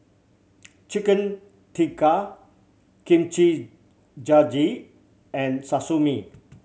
Chicken Tikka Kimchi Jjigae and Sashimi